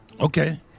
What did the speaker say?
Okay